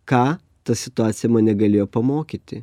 ką ta situacija mane galėjo pamokyti